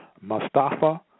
Mustafa